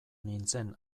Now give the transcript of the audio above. nintzen